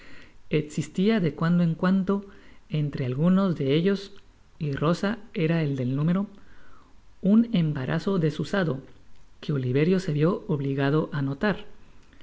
existia de cuando en cuando entre algunos de ellos y rosa era el del número unembaraz desusado que oliverio se vió obligado á notar